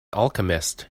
alchemist